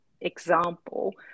example